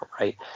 right